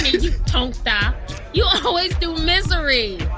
you, um yeah you always do misery.